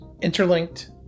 interlinked